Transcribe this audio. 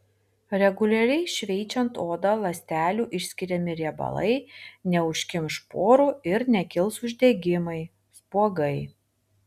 reguliariai šveičiant odą ląstelių išskiriami riebalai neužkimš porų ir nekils uždegimai spuogai